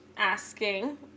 asking